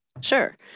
Sure